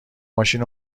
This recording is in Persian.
ماشین